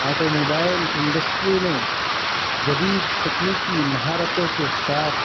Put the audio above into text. auto mobile industry نے جدید تکنیکی مہارتوں کے ساتھ